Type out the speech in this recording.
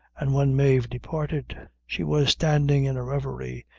and when mave departed, she was standing in a reverie,